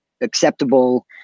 acceptable